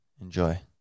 enjoy